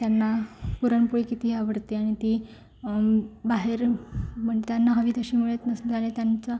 त्यांना पुरणपोळी किती आवडते आणि ती बाहेर मण त्यांना हवी तशी मिळत नसल्याने त्यांचा